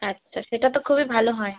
আচ্ছা সেটা তো খুবই ভালো হয়